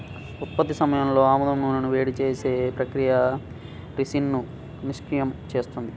ఉత్పత్తి సమయంలో ఆముదం నూనెను వేడి చేసే ప్రక్రియ రిసిన్ను నిష్క్రియం చేస్తుంది